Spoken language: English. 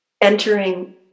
entering